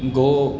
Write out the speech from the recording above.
गो